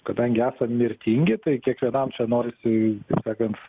kadangi esam mirtingi tai kiekvienam čia norisi taip sakant